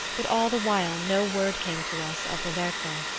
but all the while no word came to us of roberto.